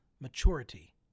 maturity